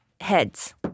Heads